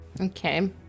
Okay